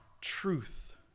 truth